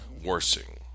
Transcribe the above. Worsing